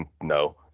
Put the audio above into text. No